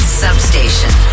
substation